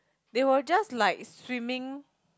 they were just like swimming